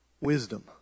Wisdom